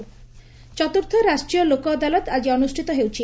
ଲୋକଅଦାଲତ ଚତୁର୍ଥ ରାଷ୍ଟ୍ରୀୟ ଲୋକଅଦାଲତ ଆଜି ଅନୁଷ୍ଚିତ ହେଉଛି